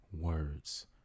words